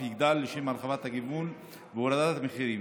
יגדל לשם הרחבת הגיוון והורדת המחירים.